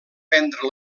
prendre